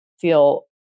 feel